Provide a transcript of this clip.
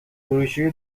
بروشوری